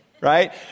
right